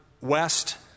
west